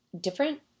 different